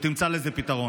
שתמצא לזה פתרון,